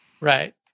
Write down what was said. Right